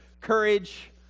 courage